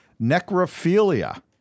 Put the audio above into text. Necrophilia